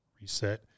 reset